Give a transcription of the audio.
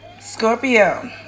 Scorpio